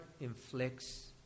inflicts